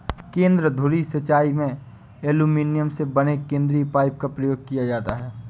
केंद्र धुरी सिंचाई में एल्युमीनियम से बने केंद्रीय पाइप का प्रयोग किया जाता है